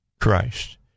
Christ